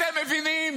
אתם מבינים